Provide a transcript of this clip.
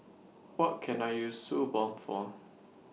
What Can I use Suu Balm For